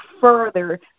further